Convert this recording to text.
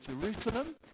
Jerusalem